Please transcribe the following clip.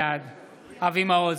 בעד אבי מעוז,